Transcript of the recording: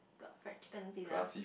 got fried chicken pizza